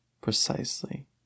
precisely